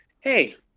hey